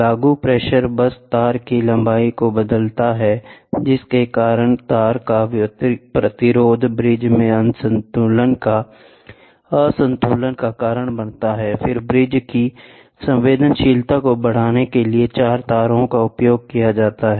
लागू प्रेशर बस तार की लंबाई को बदलता है जिसके कारण तार का प्रतिरोध ब्रिज में असंतुलन का कारण बनता है फिर ब्रिज की संवेदनशीलता को बढ़ाने के लिए चार तारों का उपयोग किया जाता है